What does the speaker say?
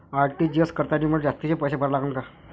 RTGS करतांनी मले जास्तीचे पैसे भरा लागन का?